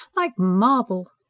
like marble.